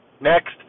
next